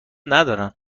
ندارن